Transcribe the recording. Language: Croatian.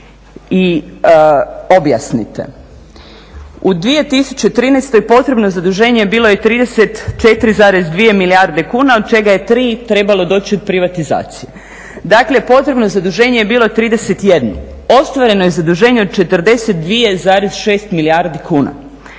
i objasnite u 2013. potrebno zaduženje je bilo 34,2 milijarde kuna od čega je 3 trebalo doći od privatizacije. Dakle, potrebno zaduženje je bilo 31. Ostvareno je zaduženje od 42,6 milijardi kuna.